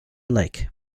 lake